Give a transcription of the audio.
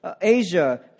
Asia